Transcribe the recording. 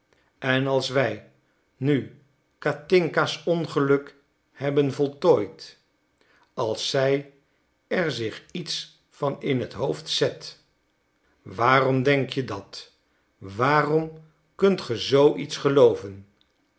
en als wij nu katinka's ongeluk hebben voltooid als zij er zich iets van in t hoofd zet waarom denk je dat waarom kunt ge zoo iets gelooven